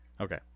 Okay